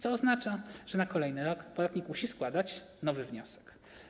To oznacza, że na kolejny rok podatnik musi składać nowy wniosek.